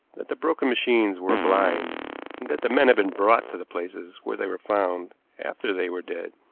that the broken machines were blind, and that the men had been brought to the places where they were found after they were dead.